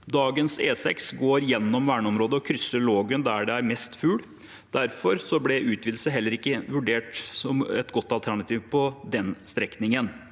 Dagens E6 går gjennom verneområdet og krysser Lågen der det er mest fugl. Derfor ble utvidelse heller ikke vur dert som et godt alternativ på den strekningen.